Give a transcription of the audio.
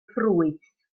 ffrwyth